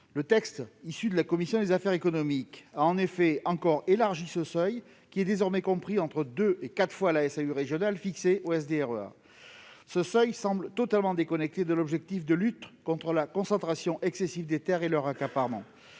Le texte issu de la commission des affaires économiques a en effet encore élargi ce champ, désormais compris entre deux et quatre fois la Saurm fixée dans le SDREA. Ce seuil semble totalement déconnecté des objectifs de lutte contre la concentration excessive et l'accaparement